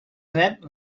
rep